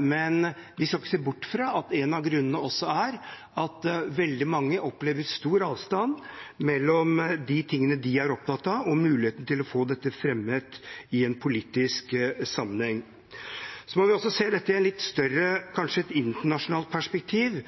men vi skal ikke se bort fra at en av grunnene er at veldig mange opplever stor avstand mellom det de er opptatt av, og muligheten til å få dette fremmet i en politisk sammenheng. Vi må også se dette i et litt større, kanskje internasjonalt, perspektiv.